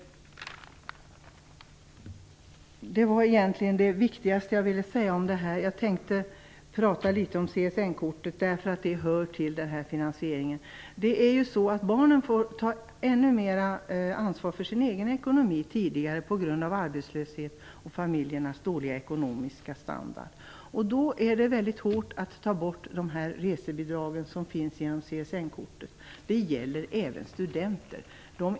Det var det viktigaste jag ville säga på det här området. Jag tänker även prata litet om CSN-kortet, eftersom det hänger ihop med den här finansieringen. Barnen får ta ännu mer ansvar för sin egen ekonomi än tidigare på grund av arbetslöshet och familjernas dåliga ekonomiska standard. Då är det mycket hårt att ta bort de här resebidragen genom CSN-kortet. Det gäller även studenter.